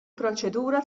proċedura